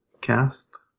cast